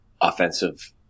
offensive –